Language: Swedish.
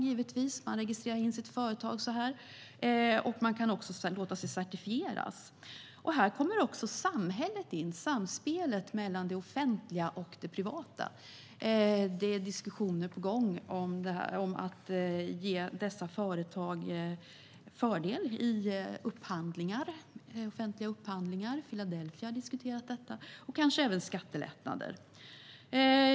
De registreras, och man kan också låta certifiera sitt företag. Här kommer också samhället in, samspelet mellan det offentliga och det privata. Det är diskussioner på gång om att ge dessa företag fördel i offentliga upphandlingar. Philadelphia har diskuterat detta. Man har också talat om skattelättnader.